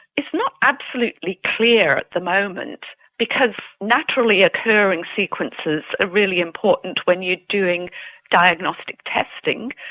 it's not absolutely clear at the moment because naturally occurring sequences are really important when you're doing diagnostic testing,